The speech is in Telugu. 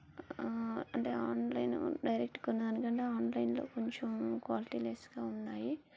అంటే ఆన్లైను డైరెక్ట్ కన్నా ఆన్లైన్లో ఆన్లైన్లో కొంచెం క్వాలిటీ లెస్గా ఉన్నాయి